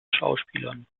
schauspielern